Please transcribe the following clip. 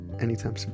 anytime